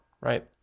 right